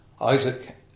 Isaac